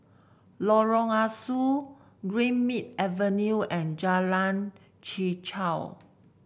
Lorong Ah Soo Greenmead Avenue and Jalan Chichau